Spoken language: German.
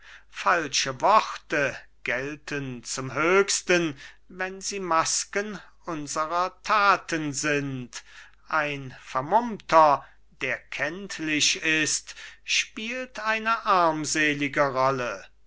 falsche worte gelten zum höchsten wenn sie masken unserer taten sind ein vermummter der kenntlich ist spielt eine armselige rolle